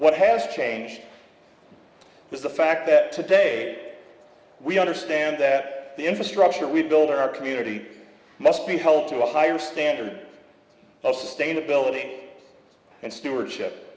what has changed is the fact that today we understand that the infrastructure we build or our community must be held to a higher standard of sustainability and stewardship